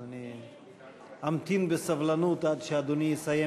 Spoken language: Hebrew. אז אני אמתין בסבלנות עד שאדוני יסיים